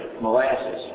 molasses